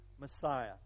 Messiah